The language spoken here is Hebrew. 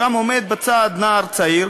שם עומד בצד נער צעיר,